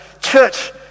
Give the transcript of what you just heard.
church